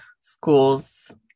schools